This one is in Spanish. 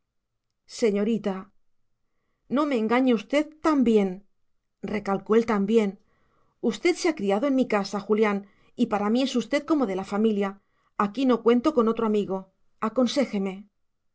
señorita no me engañe usted también recalcó el también usted se ha criado en mi casa julián y para mí es usted como de la familia aquí no cuento con otro amigo aconséjeme